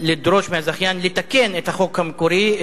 לדרוש מהזכיין לתקן את החוק המקורי,